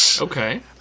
Okay